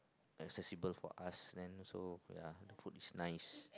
accessible for us then so ya the food is nice